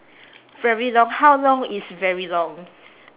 very long how long is very long